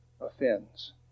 offends